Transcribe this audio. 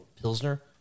Pilsner